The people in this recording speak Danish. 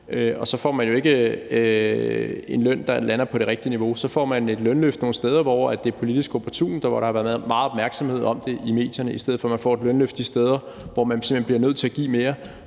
Og så får man jo ikke en løn, der lander på det rigtige niveau, men så får man et lønløft nogle steder, hvor det er politisk opportunt, og hvor der har været meget opmærksomhed på det i medierne, i stedet for at man får et lønløft de steder, hvor man simpelt hen bliver nødt til at give mere,